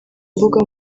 mbuga